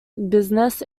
business